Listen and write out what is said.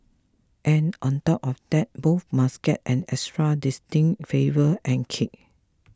and on top of that both must get an extra distinct flavour and kick